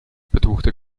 betuchte